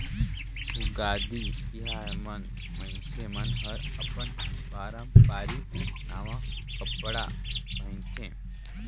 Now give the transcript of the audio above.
उगादी तिहार मन मइनसे मन हर अपन पारंपरिक नवा कपड़ा पहिनथे